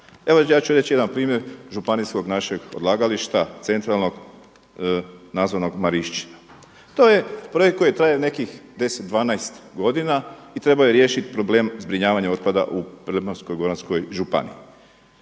Evo ja ću reći jedan primjer županijskog našeg odlagališta centralnog nazvanog Marišćina. To je projekt koji je trajao nekih 10, 12 godina i trebao je riješiti problem zbrinjavanja otpada u Primorsko-goranskoj županiji.